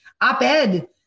op-ed